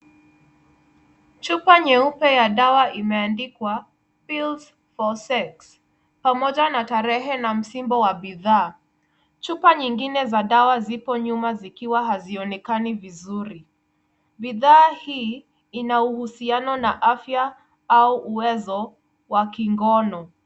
Chupa nyeupe ya dawa, imeandikwa Bills for sex pamoja na tarehe na msimbo wa bidhaa. Chupa nyingine za dawa zipo nyuma zikiwa hazionekani vizuri. Bidhaa hii inahusiana na afya au uwezo wa kingono.